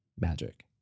magic